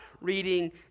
reading